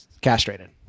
castrated